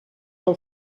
del